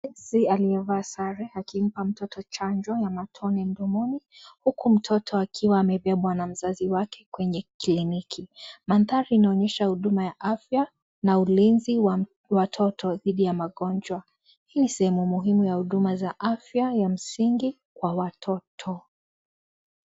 Nesi aliyevaa sare akimpa mtoto chanjo ya matone mdomoni, huku mtoto akiwa amebebwa na mzazi wake kwenye (cs)kliniki (cs). Mandhari inaonyesha huduma ya afya na ulinzi wa watoto dhidi ya magonjwa. Hii ni sehemu muhimu ya huduma za afya ya msingi kwa watoto.